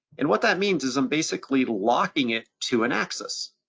and what that means is i'm basically locking it to an axis.